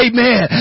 Amen